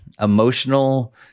emotional